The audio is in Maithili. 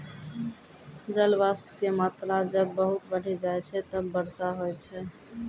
जलवाष्प के मात्रा जब बहुत बढ़ी जाय छै तब वर्षा होय छै